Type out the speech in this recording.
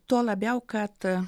tuo labiau kad